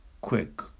quick